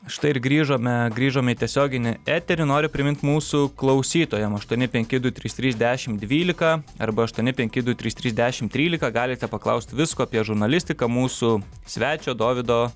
štai ir grįžome grįžome į tiesioginį eterį noriu primint mūsų klausytojam aštuoni penki du trys trys dešim dvylika arba aštuoni penki du trys trys dešim trylika galite paklausti visko apie žurnalistiką mūsų svečio dovydo